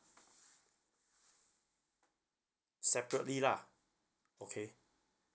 separately lah okay